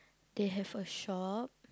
they have a shop